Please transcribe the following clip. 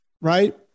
right